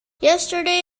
yesterday